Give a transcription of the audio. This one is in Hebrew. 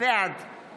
בעד יסמין